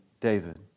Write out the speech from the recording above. David